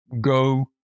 go